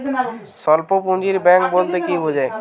স্বল্প পুঁজির ব্যাঙ্ক বলতে কি বোঝায়?